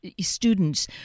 students